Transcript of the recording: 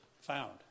found